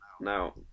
Now